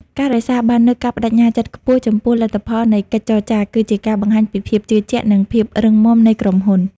ការរក្សាបាននូវ "ការប្តេជ្ញាចិត្តខ្ពស់" ចំពោះលទ្ធផលនៃកិច្ចចរចា គឺជាការបង្ហាញពីភាពជឿជាក់ និងភាពរឹងមាំនៃក្រុមហ៊ុន។